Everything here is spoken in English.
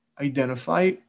identify